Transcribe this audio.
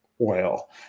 oil